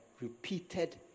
repeated